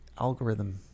algorithm